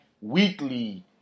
weekly